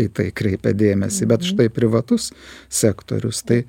į tai kreipia dėmesį bet štai privatus sektorius tai